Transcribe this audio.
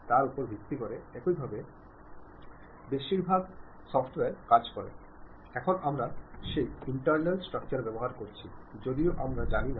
ഈ പ്രഭാഷണം കേൾക്കുന്ന ആരെങ്കിലും പ്രൊഫഷണലാകാൻ ലക്ഷ്യമിടുന്നതിനാൽ പ്രശ്നങ്ങൾ കൂടുതൽ ആയിത്തീരുന്നു